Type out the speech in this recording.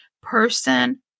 person